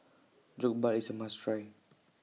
Jokbal IS A must Try